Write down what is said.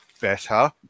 better